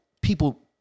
people